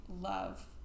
love